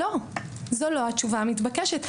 לא, זו לא התשובה המתבקשת.